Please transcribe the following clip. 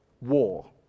War